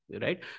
right